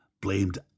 blamed